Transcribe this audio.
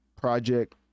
project